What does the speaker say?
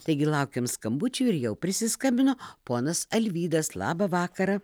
taigi laukiam skambučių ir jau prisiskambino ponas alvydas labą vakarą